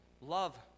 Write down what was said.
love